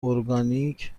اورگانیک